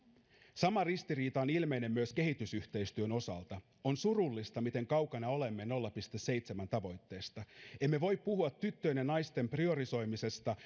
sama ristiriita on ilmeinen myös kehitysyhteistyön osalta on surullista miten kaukana olemme nolla pilkku seitsemän tavoitteesta emme voi puhua tyttöjen ja naisten priorisoimisesta